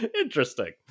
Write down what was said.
Interesting